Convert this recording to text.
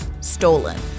Stolen